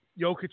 Jokic